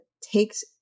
takes